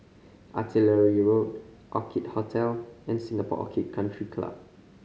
Artillery Road Orchid Hotel and Singapore Orchid Country Club